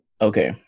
Okay